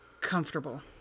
Comfortable